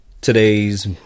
today's